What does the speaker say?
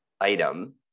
item